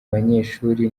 banyeshuri